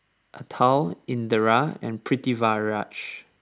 Atal Indira and Pritiviraj